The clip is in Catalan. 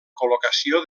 col·locació